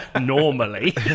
Normally